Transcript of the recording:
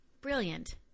brilliant